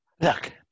Look